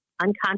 unconscious